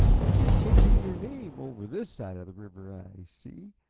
they've been changing your name, over this side the river, i see.